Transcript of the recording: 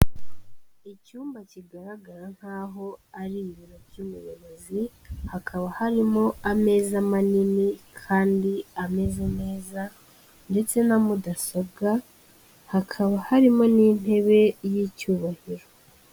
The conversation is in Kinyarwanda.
Icyumba kigaragara nkaho ari ibiro by'umuyobozi. Hakaba harimo ameza manini kandi ameze neza, ndetse na mudasobwa. Hakaba harimo n'intebe y'icyubahiro.